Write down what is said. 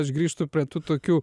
aš grįžtu prie tų tokių